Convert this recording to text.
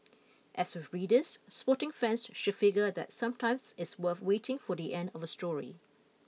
as with readers sporting fans should figure that sometimes it's worth waiting for the end of a story